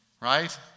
right